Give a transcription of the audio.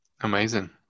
Amazing